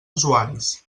usuaris